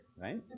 right